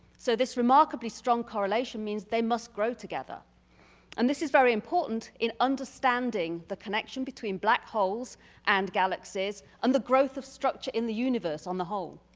so this remarkably strong correlation means they must grow together and this is very important in understanding. the connection between black holes and galaxies and the growth of structure in the universe on the whole.